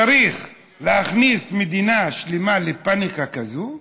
צריך להכניס מדינה שלמה לפניקה כזו?